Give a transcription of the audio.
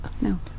No